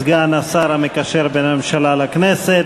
סגן השר המקשר בין הממשלה לכנסת.